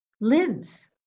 limbs